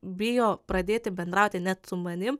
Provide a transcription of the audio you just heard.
bijo pradėti bendrauti net su manim